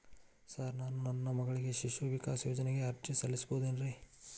Sir ನಾನು ನನ್ನ ಮಗಳಿಗೆ ಶಿಶು ವಿಕಾಸ್ ಯೋಜನೆಗೆ ಅರ್ಜಿ ಸಲ್ಲಿಸಬಹುದೇನ್ರಿ?